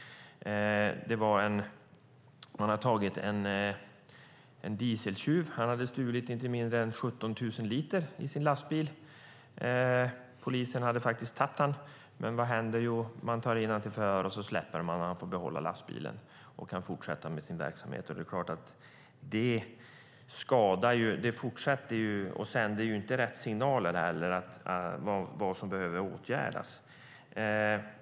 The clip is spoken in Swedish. Man hade tagit en dieseltjuv som hade stulit inte mindre än 17 000 liter diesel som han hade i sin lastbil. Polisen tog honom. Men vad händer? Jo, han tas in till förhör. Sedan släpps han. Han får behålla lastbilen och kan fortsätta med sin verksamhet. Det är klart att det inte sänder rätt signaler när det gäller vad som behöver åtgärdas.